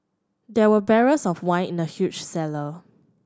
there were barrels of wine in the huge cellar